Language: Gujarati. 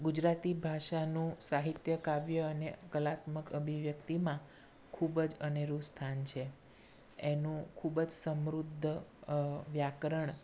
ગુજરાતી ભાષાનું સાહિત્ય કાવ્ય અને કલાત્મક અભિવ્યક્તિમાં ખૂબ જ અનેરું સ્થાન છે એનું ખૂબ જ સમૃદ્ધ વ્યાકરણ